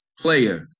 Player